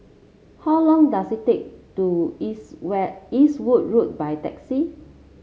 how long does it take to Eastwood Road by taxi